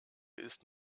ist